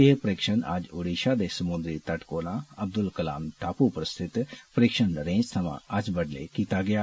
एह् परीक्षण अज्ज ओडिषा दे समुन्द्री तट कोल अब्दुल कलाम टापू पर स्थित परीक्षण रेंज थमां अज्ज बडुलै कीता गेआ